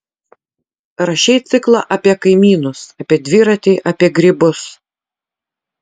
rašei ciklą apie kaimynus apie dviratį apie grybus